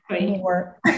more